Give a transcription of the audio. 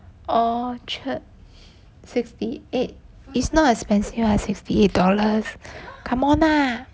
orchard sixty eight it's not expensive lah sixty eight dollars come on lah